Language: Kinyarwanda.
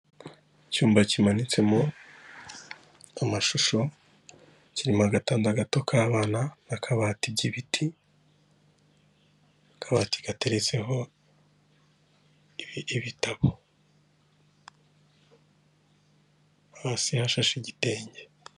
Icyumba kimanitsemo amashusho kirimo agatanda gato k'abana, akabati k'ibiti. Akabati gateretseho ibitabo, hose hashashe igitenge.